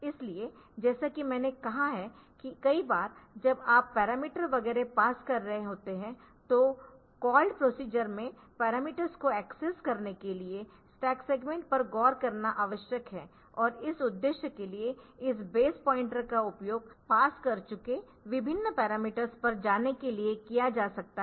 इसलिए जैसा कि मैंने कहा है कि कई बार जब आप पैरामीटर वगैरह पास कर रहे होते है तो कॉल्ड प्रोसीजर में पैरामीटर्स को एक्सेस करने के लिए स्टैक सेगमेंट पर गौर करना आवश्यक है और इस उद्देश्य के लिए इस बेस पॉइंटर का उपयोग पास कर चुके विभिन्न पैरामीटर्स पर जाने के लिए किया जा सकता है